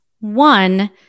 One